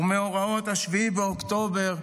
ומאורעות 7 באוקטובר,